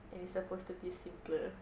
it is supposed to be simpler